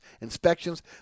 inspections